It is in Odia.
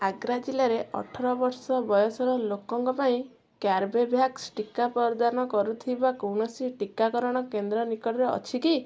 ଆଗ୍ରା ଜିଲ୍ଲାରେ ଅଠର ବର୍ଷ ବୟସର ଲୋକଙ୍କ ପାଇଁ କର୍ବେଭ୍ୟାକ୍ସ ଟିକା ପ୍ରଦାନ କରୁଥିବା କୌଣସି ଟିକାକରଣ କେନ୍ଦ୍ର ନିକଟରେ ଅଛି କି